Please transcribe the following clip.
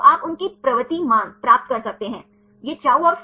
इसलिए मैं कुछ मिनटों में phi और psi कोणों के बारे में चर्चा करूंगा